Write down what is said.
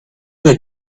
doing